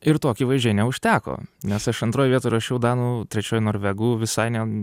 ir to akivaizdžiai neužteko nes aš antroj vietoj rašiau danų trečioj norvegų visai ne